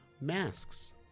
masks